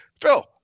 Phil